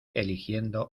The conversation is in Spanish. eligiendo